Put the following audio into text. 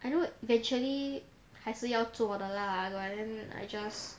I know virtually 还是要做的 lah but then I just